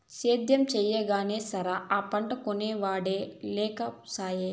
సేద్యం చెయ్యగానే సరా, ఆ పంటకొనే ఒడే లేకసాయే